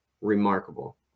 remarkable